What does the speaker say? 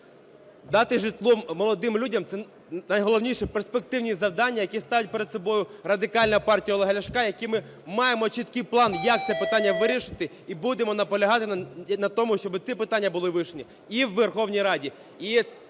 Дати житло молодим людям – це найголовніші перспективні завдання, які ставить перед собою Радикальна партія Олега Ляшка, які… Ми маємо чіткий план, як це питання вирішити і будемо наполягати на тому, щоб ці питання були вирішені і у Верховній Раді.